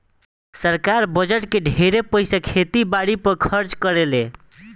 सरकार बजट के ढेरे पईसा खेती बारी पर खर्चा करेले